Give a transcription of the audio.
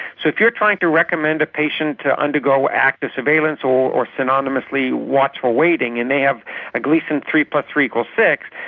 so if you are trying to recommend a patient to undergo active surveillance or or synonymously watchful waiting and they have a gleason three plus three equals six,